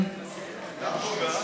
התרבות והספורט להכנה לקריאה שנייה ושלישית.